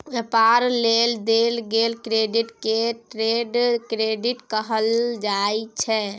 व्यापार लेल देल गेल क्रेडिट के ट्रेड क्रेडिट कहल जाइ छै